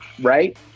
right